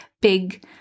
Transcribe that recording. big